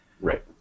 Right